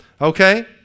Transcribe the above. Okay